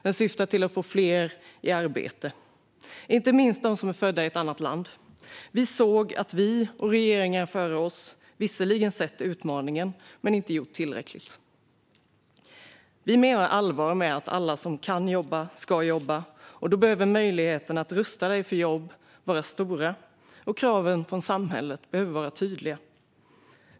Den syftar till att få fler i arbete, inte minst de som är födda i ett annat land. Vi såg att vi och regeringar före oss visserligen sett utmaningen men inte gjort tillräckligt. Vi menar allvar med att alla som kan jobba ska jobba, och då behöver möjligheterna att rusta sig för jobb vara stora och kraven från samhället vara tydliga.